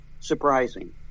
Surprising